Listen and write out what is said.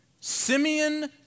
Simeon